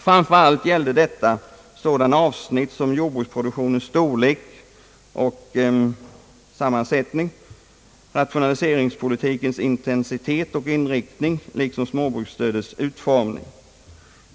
Framför allt rörde det sig om sådana avsnitt som jordbruksproduktionens storlek och sammansättning, rationaliseringspolitikens intensitet och inriktning och utformningen av småbruksstödet.